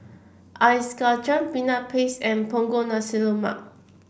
Ice Kachang Peanut Paste and punggol nasi rumak